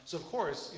so of course,